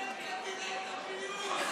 מה עם קבינט הפיוס?